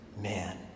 man